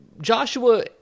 Joshua